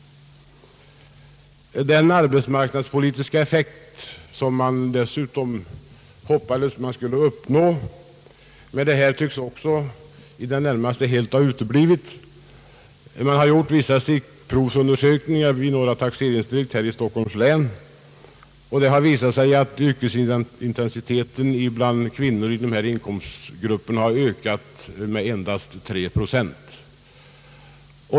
Den arbetsmarknadspolitiska effekt som man dessutom hoppades uppnå med denna reform tycks också i det när maste helt ha uteblivit. Vissa stickprovsundersökningar har gjorts vid några taxeringsdistrikt i Stockholms län. Det har därvid visat sig att yrkesintensiteten bland kvinnor i dessa inkomstgrupper har ökat med endast tre procent.